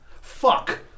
Fuck